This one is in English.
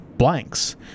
Blanks